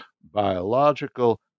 biological